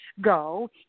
go